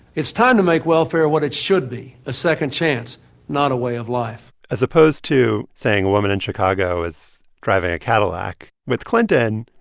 it's time to make welfare what it should be a second chance not a way of life as opposed to saying a woman in chicago is driving a cadillac, with clinton,